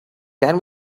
can